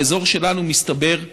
באזור שלנו, מסתבר,